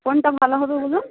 কোনটা ভালো হবে বলুন